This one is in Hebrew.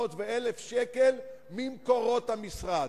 900 ו-1,000 שקל ממקורות המשרד.